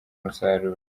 umusaruro